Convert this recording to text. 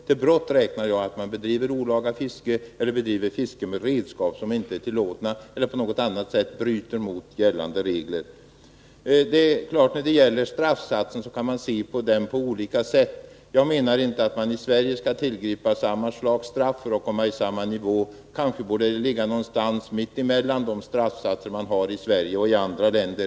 Som brott räknar jag att man bedriver olaga fiske eller att man på något annat sätt bryter mot gällande regler. När det gäller straffsatsen är det klart att man kan se på den på olika sätt. Jag menar inte att man i Sverige skall tillgripa samma slags straff som andra länder för att man skall komma på samma nivå. Kanske borde straffsatsen ligga någonstans mitt emellan den som tillämpas i Sverige och den som tillämpas i andra länder.